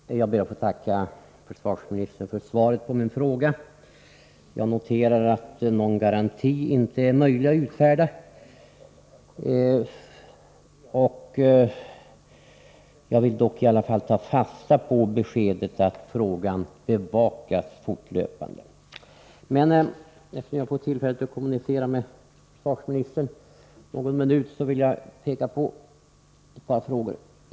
Herr talman! Jag ber att få tacka försvarsministern för svaret på min fråga. Jag noterar att någon garanti inte är möjlig att utfärda. Jag vill dock i alla fall ta fasta på beskedet att frågan bevakas fortlöpande. Eftersom jag nu har tillfälle att kommunicera med försvarsministern vill jag framställa ett par frågor.